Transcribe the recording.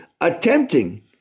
attempting